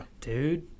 Dude